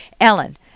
Ellen